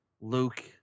Luke